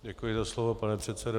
Děkuji za slovo, pane předsedo.